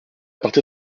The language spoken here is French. partir